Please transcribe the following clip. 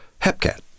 hepcat